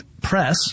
press